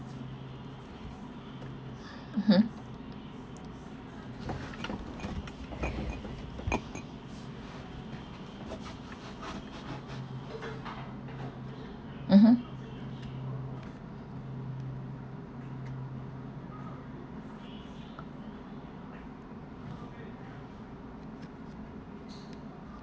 mmhmm mmhmm